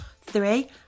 three